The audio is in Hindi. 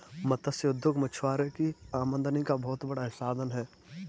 मत्स्य उद्योग मछुआरों की आमदनी का बहुत बड़ा साधन है